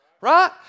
Right